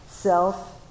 self